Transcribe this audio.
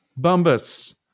Bumbus